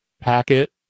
Packet